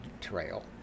Trail